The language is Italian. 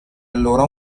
allora